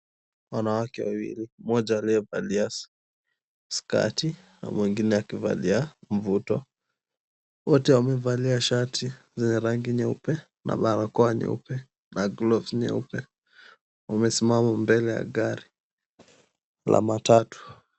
Wanawake wawili mmoja aliyevali skati na mwingine akivalia mvuto. Wote wamevalia shati zenye rangi nyeupe na barakoa nyeupe na gloves nyeupe. Wamesimama mbele ya gari la matatu.